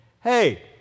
hey